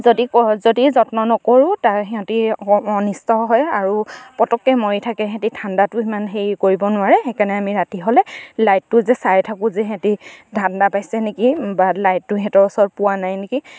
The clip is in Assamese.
যদি যত্ন নকৰোঁ সিহঁতি অনিষ্ট হয় আৰু পতককে মৰি থাকে সিহঁতি ঠাণ্ডাটো সিমান হেৰি কৰিব নোৱাৰে সেইকাৰণে আমি ৰাতি হ'লে লাইটটো যে চাই থাকোঁ যে সিহঁতি ঠাণ্ডা পাইছে নেকি বা লাইটটো সিহঁতৰ ওচৰত পোৱা নাই নেকি